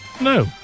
No